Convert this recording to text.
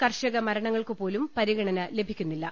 കർഷക മരണങ്ങൾക്കുപോലും പരിഗണന ലഭിക്കുന്നില്ല